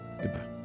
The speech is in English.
Goodbye